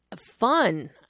fun